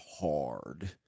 hard